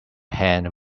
hand